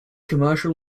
commercial